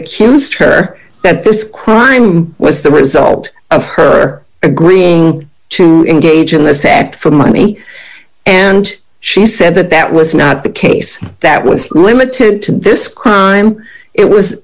accused her that this crime was the result of her agreeing to engage in this act for money and she said that that was not the case that was limited to this crime it was